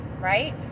right